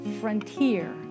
frontier